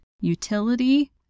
utility